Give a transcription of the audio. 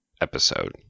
episode